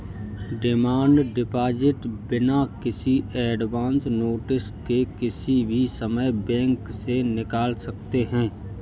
demand deposit बिना किसी advance notice के किसी भी समय बैंक से निकाल सकते है